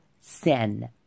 sin